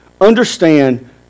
Understand